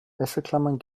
wäscheklammern